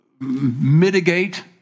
mitigate